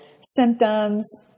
symptoms